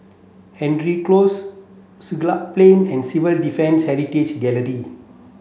Hendry Close Siglap Plain and Civil Defence Heritage Gallery